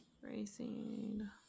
Racing